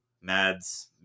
Mads